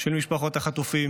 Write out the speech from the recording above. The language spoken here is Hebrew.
של משפחות החטופים,